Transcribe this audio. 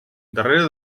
darrere